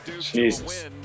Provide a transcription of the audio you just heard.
Jesus